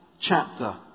chapter